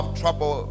trouble